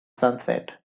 sunset